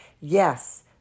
Yes